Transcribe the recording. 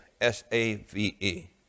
S-A-V-E